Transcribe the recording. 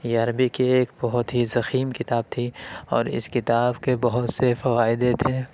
یہ عربی کی ایک بہت ہی ضخیم کتاب تھی اور اس کتاب کے بہت سے فوائد تھے